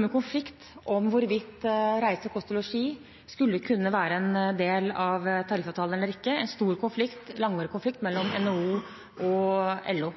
en konflikt om hvorvidt reise, kost og losji skulle kunne være en del av tariffavtalen eller ikke – en stor og langvarig konflikt mellom NHO og LO.